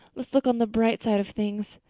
let us look on the bright side of things.